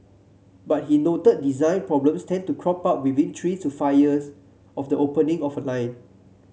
but he noted design problems tend to crop up within three to five years of the opening of a line